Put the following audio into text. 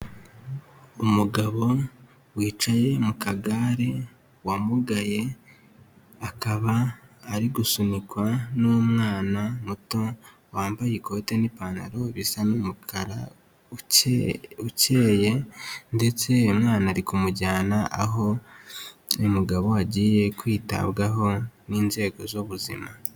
Umugabo wicaye mu kagare wamugaye, akaba ari gusunikwa n'umwana muto, wambaye ikote n'ipantaro bisa n'umukara ukeye ndetse umwana ari kumujyana aho uyu mugabo agiye kwitabwaho n'inzego z'ubuzima.